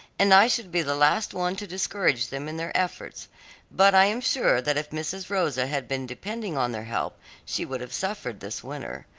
and i should be the last one to discourage them in their efforts but i am sure that if mrs. rosa had been depending on their help she would have suffered this winter.